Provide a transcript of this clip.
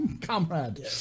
comrade